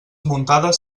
muntades